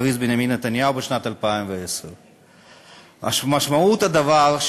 כך הכריז בנימין נתניהו בשנת 2010. משמעות הדבר,